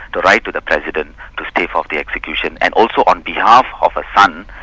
to write to the president to stave off the execution, and also on behalf of her son,